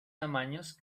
tamaños